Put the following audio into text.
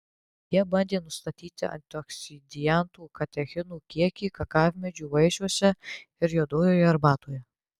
jie bandė nustatyti antioksidantų katechinų kiekį kakavmedžių vaisiuose ir juodojoje arbatoje